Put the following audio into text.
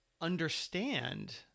understand